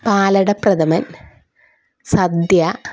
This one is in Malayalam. പാലട പ്രഥമൻ സദ്യ